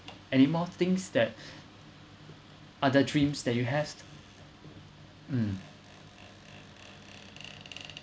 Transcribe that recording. anymore things that other dreams that you have mm